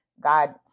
God